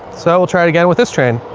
so we'll try it again with this train